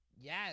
yes